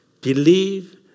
Believe